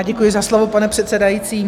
Děkuji za slovo, pane předsedající.